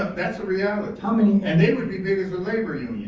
ah that's a reality how many. and they would be big as a labor yeah